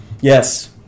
Yes